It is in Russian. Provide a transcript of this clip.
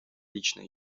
лично